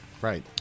right